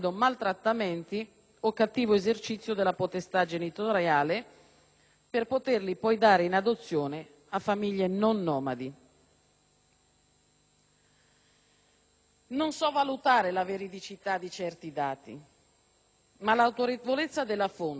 per poterli poi dare in adozione a famiglie non nomadi. Non so valutare la veridicità di certi dati, ma l'autorevolezza della fonte, la CEI, mi spinge ad invitare a fare attenzione.